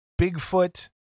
Bigfoot